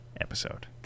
episode